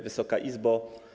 Wysoka Izbo!